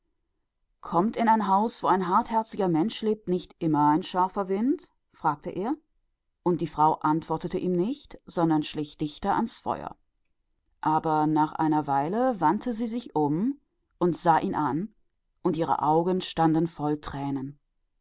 friert in ein haus in dem ein herz hart ist weht da nicht immer ein bitterer wind hinein fragte er und die frau antwortete nicht sondern kroch dichter ans feuer und nach einer weile drehte sie sich um und sah ihn an und ihre augen waren voll tränen